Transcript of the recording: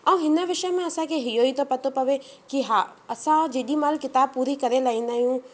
ऐं हिन विषय में असांखे इहेई तो पतो पवे की हा असां जेॾीमहिल किताब पूरी करे लाहींदा आहियूं